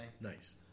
Nice